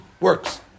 Works